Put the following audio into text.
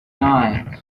nine